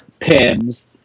Pims